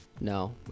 No